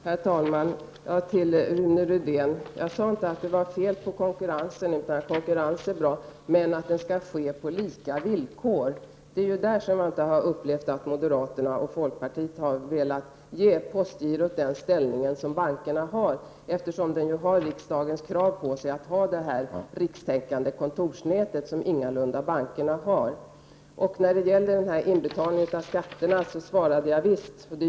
Herr talman! Jag sade inte, Rune Rydén, att det var fel med konkurrens, tvärtom. Konkurrens är bra. Men konkurrens skall ske på lika villkor. Det är i det avseendet som jag inte har upplevt att moderaterna och folkpartiet velat ge postgirot samma ställning som bankerna. Riksdagen kräver ju när det gäller postgirot att det skall vara ett rikstäckande kontorsnät — ett krav som ingalunda gäller bankerna. Beträffande inbetalningen av skatter gav jag visst ett svar.